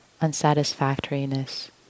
unsatisfactoriness